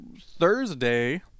Thursday